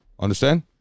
understand